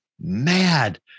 mad